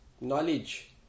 knowledge